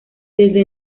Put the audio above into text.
desde